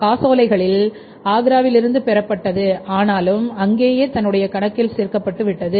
காசோலைகளில் ஆக்ராவில் இருந்து பெறப்பட்டது ஆனாலும் அங்கேயே தன்னுடைய கணக்கில் சேர்க்கப்பட்டு விட்டது